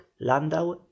Landau